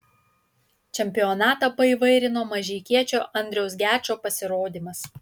čempionatą paįvairino mažeikiečio andriaus gečo pasirodymas